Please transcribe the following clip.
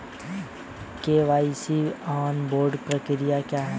KYC onboarding प्रक्रिया क्या है?